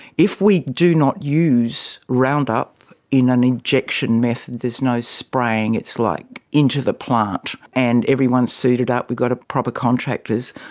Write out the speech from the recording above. if we do not use roundup in an injection method, there's no spraying, it's like into the plant, and everyone is suited up, we've got proper contractors,